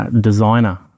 designer